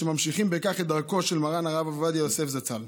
שממשיכים בכך את דרכו של מרן הרב עובדיה יוסף זצ"ל.